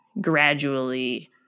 gradually